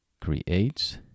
creates